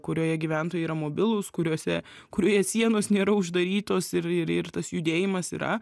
kurioje gyventojai yra mobilūs kuriose kurioje sienos nėra uždarytos ir ir ir tas judėjimas yra